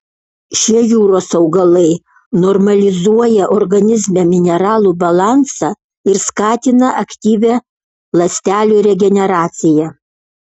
šie jūros augalai normalizuoja organizme mineralų balansą ir skatina aktyvią ląstelių regeneraciją